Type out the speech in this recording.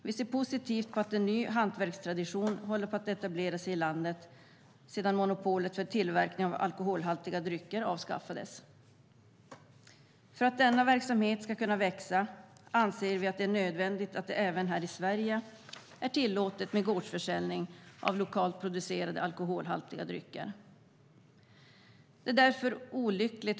Vi ser positivt på att en ny hantverkstradition håller på att etablera sig i landet sedan monopolet för tillverkning av alkoholhaltiga drycker avskaffades. För att denna verksamhet ska kunna växa anser vi att det är nödvändigt att gårdsförsäljning av lokalt producerade alkoholhaltiga drycker tillåts även här i Sverige.